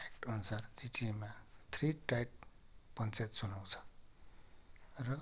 act अनुसार जिटिएमा three tier panchayat चुनाव छ र